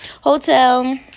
Hotel